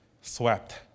swept